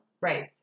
Right